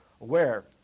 aware